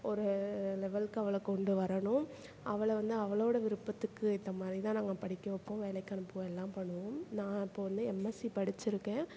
ஒரு லெவலுக்கு அவளை கொண்டு வரணும் அவளை வந்து அவளோடய விருப்பத்துக்கு ஏற்ற மாதிரி தான் நாங்கள் படிக்க வைப்போம் வேலைக்கு அனுப்புவோம் எல்லாம் பண்ணுவோம் நான் இப்போ வந்து எம்எஸ்சி படித்திருக்கேன்